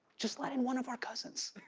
just let in one of our cousins.